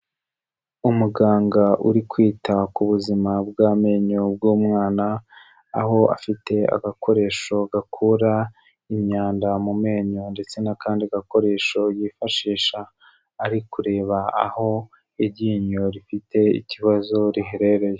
Umuganga uri kwita ku buzima bw'amenyo bw'umwana, aho afite agakoresho gakura imyanda mu menyo ndetse n'akandi gakoresho yifashisha ari kureba aho iryinyo rifite ikibazo riherereye.